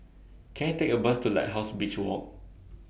Can I Take A Bus to Lighthouse Beach Walk